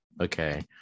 okay